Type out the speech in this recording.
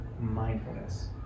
mindfulness